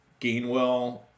Gainwell